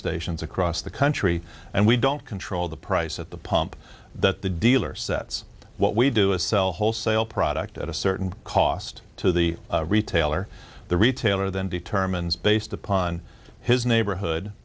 stations across the country and we don't control the price at the pump that the dealer sets what we do is sell wholesale product at a certain cost to the retailer the retailer then determines based upon his neighborhood